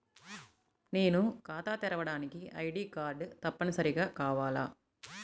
నేను ఖాతా తెరవడానికి ఐ.డీ కార్డు తప్పనిసారిగా కావాలా?